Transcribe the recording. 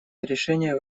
решение